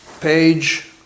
page